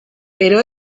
pero